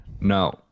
No